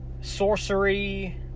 sorcery